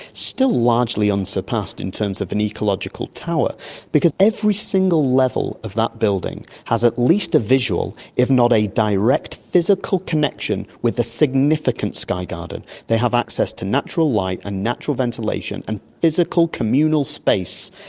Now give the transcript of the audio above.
still largely unsurpassed in terms of an ecological tower because every single level of that building has at least a visual, if not a direct physical connection with a significant sky garden. they have access to natural light and natural ventilation and physical communal space.